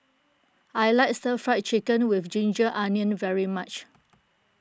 I like Stir Fried Chicken with Ginger Onions very much